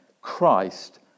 Christ